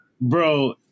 bro